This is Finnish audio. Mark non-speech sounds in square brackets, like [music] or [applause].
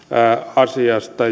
asiasta [unintelligible]